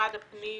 למשרד הפנים